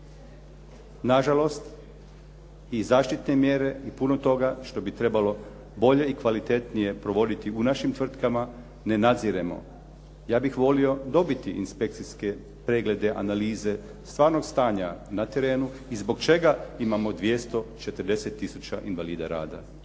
Na žalost i zaštitne mjere i puno toga što bi trebalo bolje i kvalitetnije provoditi u našim tvrtkama ne nadziremo. Ja bih volio dobiti inspekcijske preglede, analize, stvarnog stanja na terenu i zbog čega imamo 240 tisuća invalida rada.